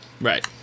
right